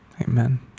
Amen